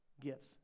gifts